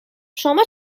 شما